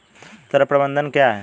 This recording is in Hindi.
ऋण प्रबंधन क्या है?